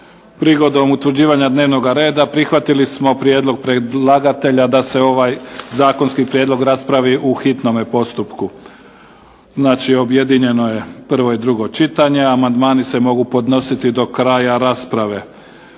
Prigodom utvrđivanja dnevnoga reda prihvatili smo prijedlog predlagatelja da se ovaj zakonski prijedlog raspravi u hitnome postupku. Znači objedinjeno je prvo i drugo čitanje. Amandmani se mogu podnositi do kraja rasprave.